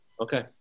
Okay